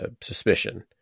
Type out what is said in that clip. suspicion